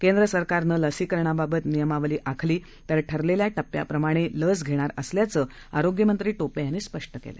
केंद्र सरकारनं लसीकरणाबाबत नियमावली आखली तर ठरलेल्या टप्प्याप्रमाणे लस घेणार असल्याचं आरोग्यमंत्री टोपे यांनी स्पष्ट केलं